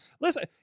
Listen